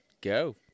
go